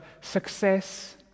success